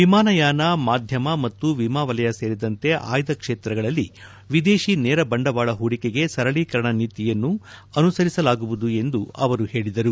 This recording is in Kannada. ವಿಮಾನಯಾನ ಮಾಧ್ಯಮ ಮತ್ತು ವಿಮಾ ವಲಯ ಸೇರಿದಂತೆ ಆಯ್ದ ಕ್ಷೇತ್ರಗಳಲ್ಲಿ ವಿದೇಶಿ ನೇರ ಬಂಡವಾಳ ಹೂಡಿಕೆಗೆ ಸರಳೀಕರಣ ನೀತಿಯನ್ನು ಅನುಸರಿಸಲಾಗುವುದು ಎಂದು ಅವರು ಹೇಳಿದರು